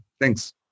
Thanks